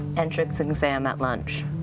entrance exam at lunch.